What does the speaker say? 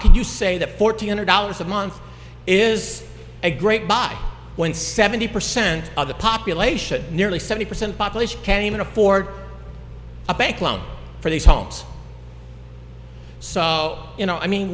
could you say that fourteen hundred dollars a month is a great buy when seventy percent of the population nearly seventy percent population can't even afford a bank loan for these homes so you know i mean